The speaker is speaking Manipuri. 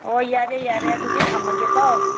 ꯑꯣ ꯌꯥꯔꯦ ꯌꯥꯔꯦ ꯑꯗꯨꯗꯤ ꯊꯝꯃꯒꯦꯀꯣ